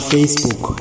Facebook